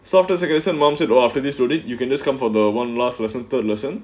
so after suggested moms you know after these donate you can just come for the one last lesson third lesson